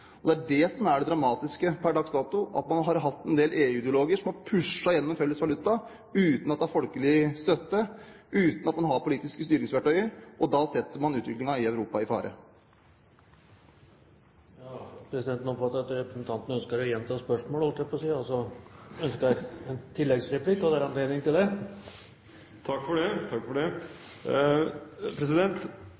Det er det som er det dramatiske per dags dato, at man har hatt en del EU-ideologer som har pushet gjennom en felles valuta, uten at det er folkelig støtte, uten at man har det politiske styringsverktøyet, og da setter man utviklingen i Europa i fare. Det er ingen tvil om at